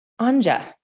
Anja